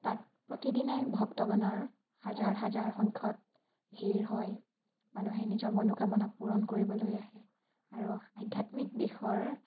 তাত প্ৰতিদিনাই ভক্তগণৰ হাজাৰ হাজাৰ সংখ্য়াত ভিৰ হয় মানুহে নিজৰ মনোকামনা পূৰণ কৰিবলৈ আহে আৰু আধ্যাত্মিক দিশৰ